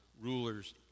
rulers